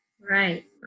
right